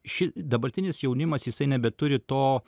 ši dabartinis jaunimas jisai nebeturi to